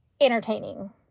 entertaining